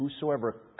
whosoever